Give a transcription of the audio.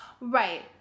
Right